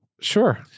Sure